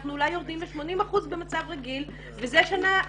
אנחנו אולי יורדים ל-80 אחוזים במצב רגיל וזו שנה גשומה.